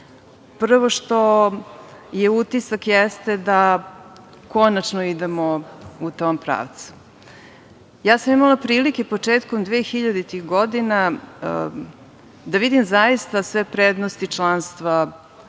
prvo što je utisak jeste da konačno idemo u tom pravcu. Imala sam prilike početkom dvehiljaditih godina da vidim zaista sve prednosti članstva